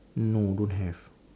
no don't have